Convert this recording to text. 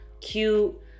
cute